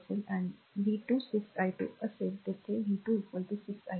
तर r v 2 6 i2 असेल येथे ते v 2 6 i2 आहे